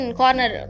corner